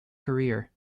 career